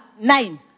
nine